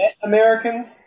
Americans